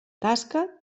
tasca